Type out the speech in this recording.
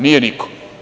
Nije niko.